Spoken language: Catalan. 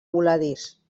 voladís